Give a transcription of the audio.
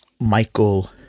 Michael